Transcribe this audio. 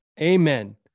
Amen